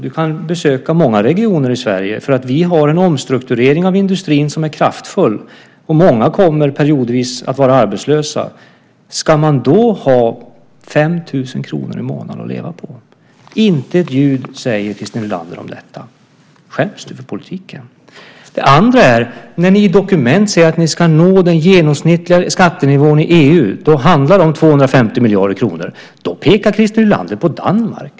Du kan besöka många regioner i Sverige. Vi har en kraftfull omstrukturering av industrin, och många kommer periodvis att vara arbetslösa. Ska de då ha 5 000 kr i månaden att leva på? Inte ett ljud säger Christer Nylander om detta. Skäms du för politiken? Ni säger i dokument att ni ska nå den genomsnittliga skattenivån i EU. Det handlar om 250 miljarder kronor. Då pekar Christer Nylander på Danmark.